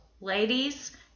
ladies